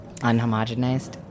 unhomogenized